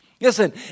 Listen